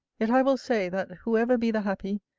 yet i will say, that whoever be the happy,